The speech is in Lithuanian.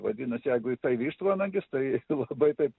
vadinasi jeigu tai vištvanagis tai labai taip